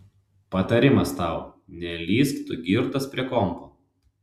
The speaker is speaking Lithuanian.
patarimas tau nelįsk tu girtas prie kompo